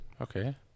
Okay